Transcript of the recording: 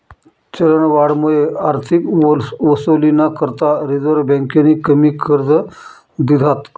चलनवाढमुये आर्थिक वसुलीना करता रिझर्व्ह बँकेनी कमी कर्ज दिधात